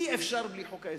אי-אפשר בלי חוק ההסדרים.